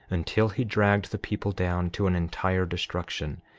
until he dragged the people down to an entire destruction,